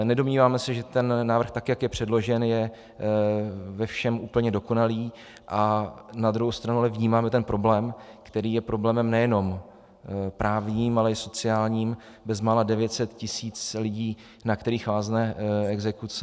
Nedomníváme se, že návrh, tak jak je předložen, je ve všem úplně dokonalý, na druhou stranu ale vnímáme ten problém, který je problémem nejenom právním, ale i sociálním bezmála 900 tis. lidí, na kterých vázne exekuce.